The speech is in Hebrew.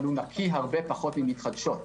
אבל נקי הרבה פחות ממתחדשות.